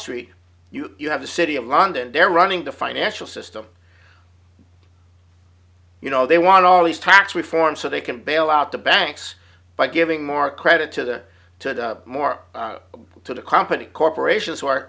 street you you have the city of london they're running the financial system you know they want all these tax reform so they can bail out the banks by giving more credit to the to the more to the company corporations who are